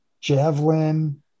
javelin